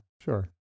sure